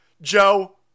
Joe